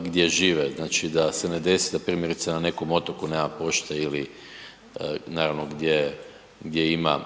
gdje žive, da se ne desi da primjerice nekom otoku nema pošte ili naravno gdje ima